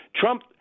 Trump